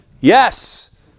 Yes